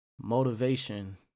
Motivation